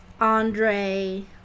Andre